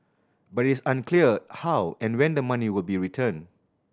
but it is unclear how and when the money will be returned